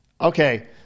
Okay